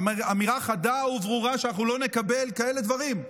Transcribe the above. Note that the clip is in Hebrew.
אמירה חדה וברורה שאנחנו לא נקבל כאלה דברים.